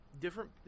different